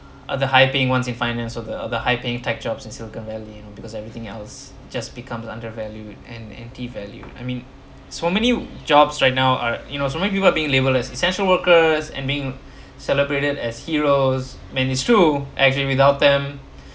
other high paying ones in finance or the high paying tech jobs in silicon valley you know because everything else just becomes undervalued and empty value I mean so many jobs right now are you know so many people are being labelled as essential workers and being celebrated as heroes man is true actually without them